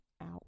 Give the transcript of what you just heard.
out